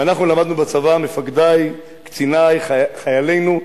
ואנחנו למדנו בצבא, מפקדי, קציני, חיילינו,